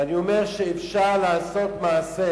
ואני אומר שאפשר לעשות מעשה.